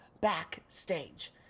backstage